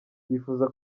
bifuza